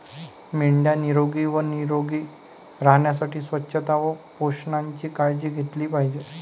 मेंढ्या निरोगी व निरोगी राहण्यासाठी स्वच्छता व पोषणाची काळजी घेतली पाहिजे